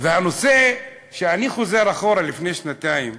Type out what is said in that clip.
והנושא, אני חוזר אחורה, לפני שנתיים,